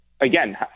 again